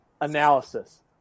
analysis